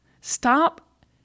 Stop